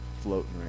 floating